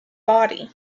body